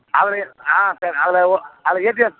அவர் ஆ சார் அதில் அதில்